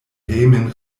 hejmen